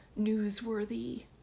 newsworthy